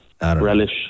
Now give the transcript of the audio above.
relish